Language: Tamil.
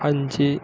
அஞ்சு